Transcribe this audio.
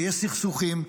כשיש סכסוכים,